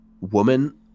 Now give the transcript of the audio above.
Woman